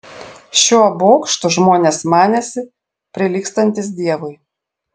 šiuo bokštu žmonės manėsi prilygstantys dievui